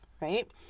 right